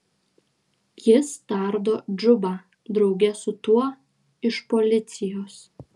jis tardo džubą drauge su tuo iš policijos